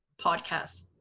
podcasts